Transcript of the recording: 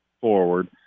forward